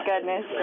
goodness